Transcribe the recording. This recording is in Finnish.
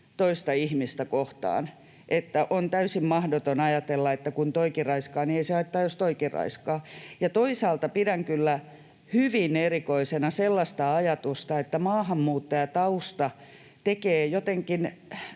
toista ihmistä kohtaan, että on täysin mahdotonta ajatella, että kun tuokin raiskaa, niin ei se haittaa, jos tuokin raiskaa. Ja toisaalta pidän kyllä hyvin erikoisena sellaista ajatusta, että maahanmuuttajatausta tekee tekijästä